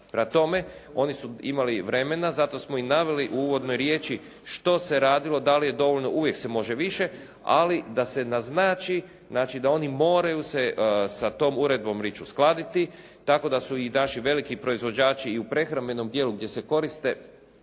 Prema tome, oni su imali vremena. Zato smo i naveli u uvodnoj riječi što se radilo, da li je dovoljno, uvijek se može više, ali da se naznači znači da oni moraju se sa tom Uredbom Rich uskladiti. Tako da su i naši veliki proizvođači i u prehrambenom dijelu gdje se koriste